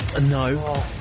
No